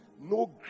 No